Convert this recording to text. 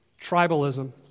tribalism